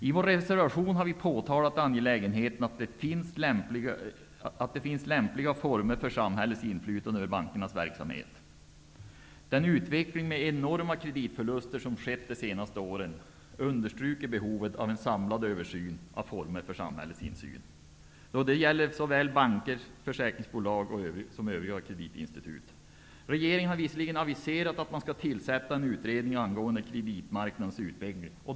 I vår reservation har vi påpekat angelägenheten av att det finns lämpliga former för samhällets inflytande över bankernas verksamhet. Den utveckling med enorma kreditförluster som skett de senaste åren understryker behovet av en samlad översyn av formerna för samhällets insyn. Detta gäller såväl banker som försäkringsbolag och övriga kreditinstitut. Regeringen har visserligen aviserat att man skall tillsätta en utredning angående kreditmarknadens utveckling.